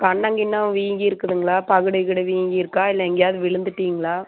கன்னம் கின்னம் வீங்கியிருக்குதுங்களா பகுடு கிகுடு வீங்கியிருக்கா இல்லை எங்கேயாவது விழுந்துட்டிங்களா